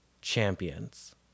champions